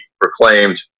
proclaimed